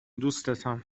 دوستتم